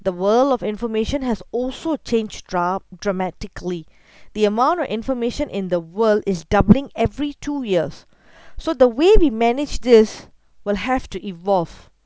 the world of information has also changed dram~ dramatically the amount of information in the world is doubling every two years so the way we manage this will have to evolve